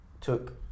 took